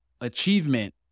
achievement